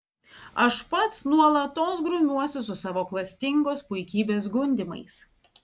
aš pats nuolatos grumiuosi su savo klastingos puikybės gundymais